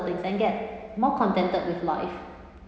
things and get more contented with life